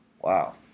Wow